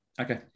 Okay